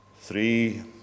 three